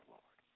Lord